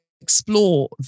explore